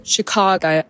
Chicago